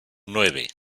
nueve